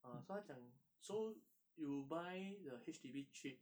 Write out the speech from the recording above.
ah so 他讲 so you buy the H_D_B cheap